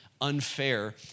unfair